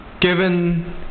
given